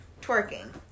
twerking